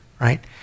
right